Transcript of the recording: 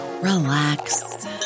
relax